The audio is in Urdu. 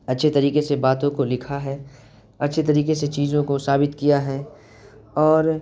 اچھے طریقے سے باتوں کو لکھا ہے اچھے طریقے سے چیزوں کو ثابت کیا ہے اور